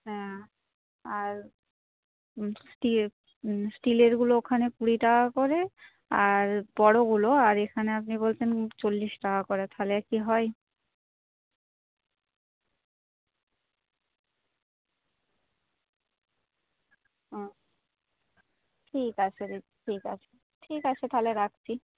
হ্যাঁ আর স্টিলেরগুলো ওখানে কুড়ি টাকা করে আর বড়গুলো আর এইখানে আপনি বলছেন চল্লিশ টাকা করে তাহলে কি হয় ঠিক আছে দিদি ঠিক আছে ঠিক আছে তাহলে রাখছি